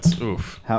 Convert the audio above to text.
Oof